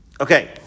Okay